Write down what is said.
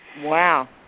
Wow